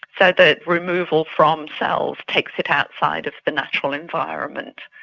the removal from cells takes it outside of the natural environment.